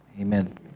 Amen